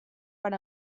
per